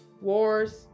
wars